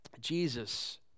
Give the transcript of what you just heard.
Jesus